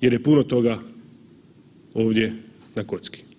jer je puno toga ovdje na kocki.